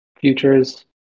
futures